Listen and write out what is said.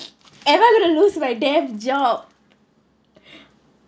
ever going to lose by damn job